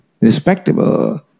Respectable